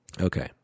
Okay